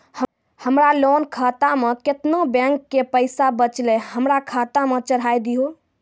हमरा लोन खाता मे केतना बैंक के पैसा बचलै हमरा खाता मे चढ़ाय दिहो?